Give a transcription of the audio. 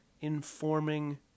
informing